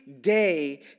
day